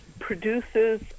produces